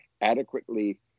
adequately